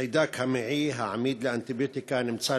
חיידק מעי העמיד לאנטיביוטיקה נמצא